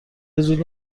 زود